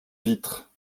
vitre